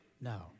No